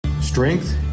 Strength